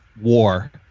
war